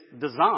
design